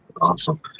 Awesome